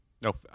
No